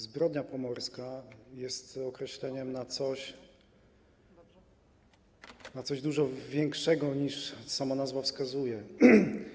Zbrodnia pomorska jest określeniem na coś dużo większego niż sama nazwa wskazuje.